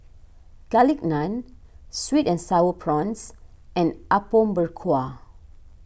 Garlic Naan Sweet and Sour Prawns and Apom Berkuah